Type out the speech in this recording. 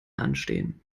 anstehen